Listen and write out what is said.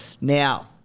now